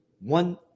One